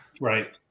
Right